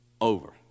over